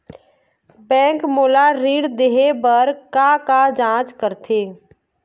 Bank मोला ऋण देहे बार का का जांच करथे?